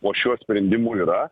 po šiuo sprendimu yra